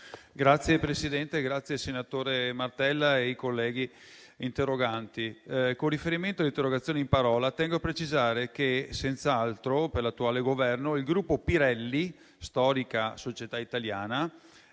Signor Presidente, ringrazio il senatore Martella e i colleghi interroganti. Con riferimento all'interrogazione in parola, tengo a precisare che senz'altro per l'attuale Governo il gruppo Pirelli, storica società italiana,